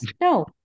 No